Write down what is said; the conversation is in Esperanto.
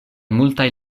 multaj